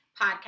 podcast